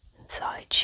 inside